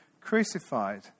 crucified